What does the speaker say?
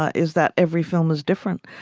ah is that every film is different.